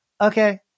okay